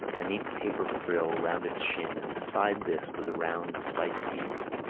a neat paper frill round its shin and beside this was a round of spiced beef.